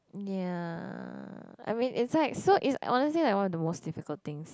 ya I mean it's like so is wanna say one of the most difficult things